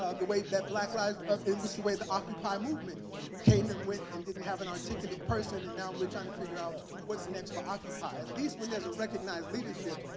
ah the way that black lives ah and the way the occupy movement came and went and didn't have an articulate person. and now we're trying to figure out what's next for occupy. at least when there's a recognized leadership,